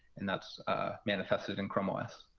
and that's manifested in chrome os.